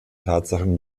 tatsachen